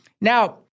Now